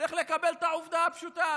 צריך לקבל את העובדה הפשוטה הזו.